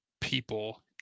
people